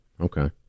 Okay